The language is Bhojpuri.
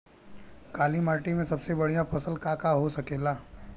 काली माटी में सबसे बढ़िया फसल का का हो सकेला?